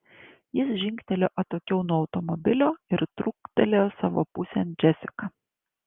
jis žingtelėjo atokiau nuo automobilio ir truktelėjo savo pusėn džesiką